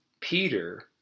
Peter